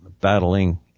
battling